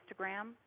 instagram